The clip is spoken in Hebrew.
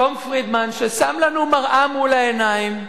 תום פרידמן, ששם לנו מראה מול העיניים,